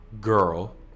girl